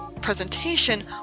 presentation